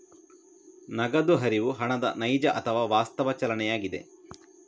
ನಗದು ಹರಿವು ಹಣದ ನೈಜ ಅಥವಾ ವಾಸ್ತವ ಚಲನೆಯಾಗಿದೆ